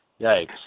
Yikes